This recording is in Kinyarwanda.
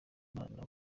imana